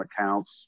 accounts